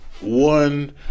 one